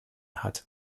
hat